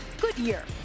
Goodyear